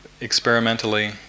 experimentally